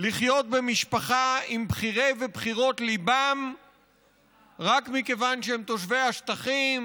לחיות במשפחה עם בחירות ובחירי ליבם רק מכיוון שהם תושבי השטחים